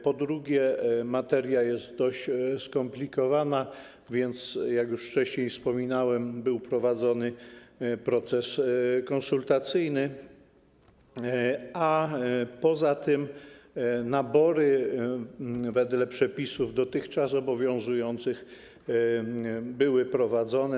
Po drugie, materia jest dość skomplikowana, więc, jak już wcześniej wspominałem, był prowadzony proces konsultacyjny, a poza tym nabory wedle przepisów dotychczas obowiązujących były prowadzone.